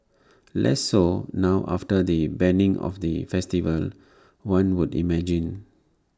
less so now after the banning of the festival one would imagine